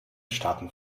staaten